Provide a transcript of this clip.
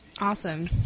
Awesome